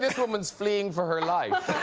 this woman is fleeing for her life.